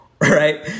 Right